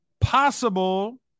possible